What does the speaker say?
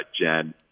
Jen